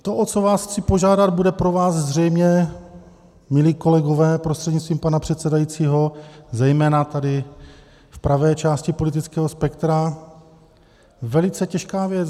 To, o co vás chci požádat, bude pro vás zřejmě, milí kolegové prostřednictvím pana předsedajícího, zejména tady v pravé části politického spektra, velice těžká věc.